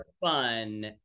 fun